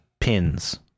pins